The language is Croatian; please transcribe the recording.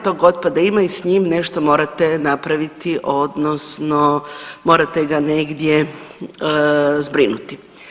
Tog otpada ima i s njim nešto morate napraviti odnosno morate ga negdje zbrinuti.